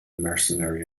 mercenary